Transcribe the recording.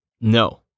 No